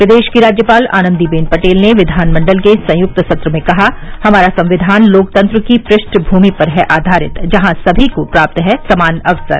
प्रदेश की राज्यपाल आनन्दीबेन पटेल ने विधानमण्डल के संयुक्त सत्र में कहा हमारा संविधान लोकतंत्र की पृष्ठभूमि पर है आधारित जहां सभी को प्राप्त हैं समान अवसर